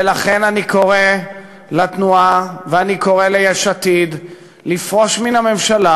ולכן אני קורא לתנועה ואני קורא ליש עתיד לפרוש מן הממשלה